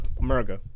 America